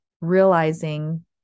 realizing